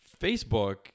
Facebook